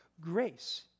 grace